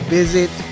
visit